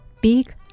big